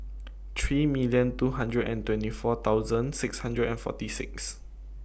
three million two hundred and twenty four thousand six hundred and forty six